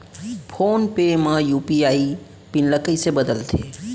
Phone पे म UPI PIN ल कइसे बदलथे?